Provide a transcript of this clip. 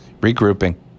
Regrouping